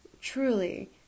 truly